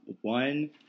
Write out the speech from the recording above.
One